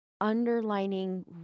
underlining